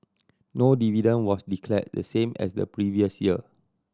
no dividend was declared the same as the previous year